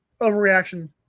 overreaction